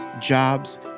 jobs